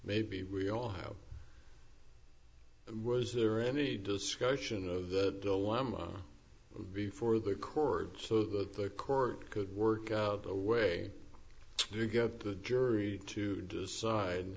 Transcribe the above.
maybe we all have was there any discussion of the dilemma before the court so that the court could work of a way to get the jury to decide